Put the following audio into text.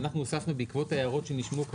התוספת שהוספנו כאן: